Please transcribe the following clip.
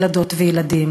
ילדות וילדים,